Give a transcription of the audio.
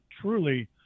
truly